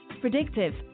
Predictive